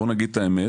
בוא נגיד את האמת.